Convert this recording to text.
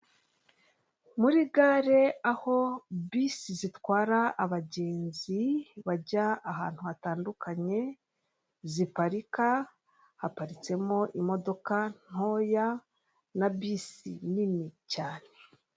Muri gare aho bisi zitwara abagenzi bajya ahantu hatandukanye ziparika, haparitsemo imodoka ntoya n'abisi nini cyane.